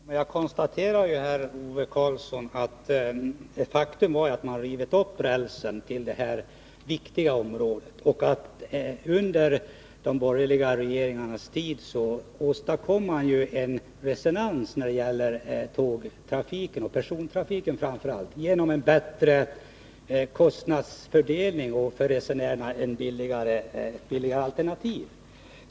Herr talman! Jag konstaterade här, Ove Karlsson, att faktum är att man rivit upp rälsen till detta viktiga område och att det under de borgerliga regeringarnas tid åstadkoms en renässans när det gäller tågtrafiken och persontrafiken över huvud taget genom en bättre kostnadsfördelning och billigare alternativ för resenärerna.